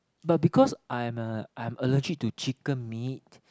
but because I'm a I'm allergic to chicken meat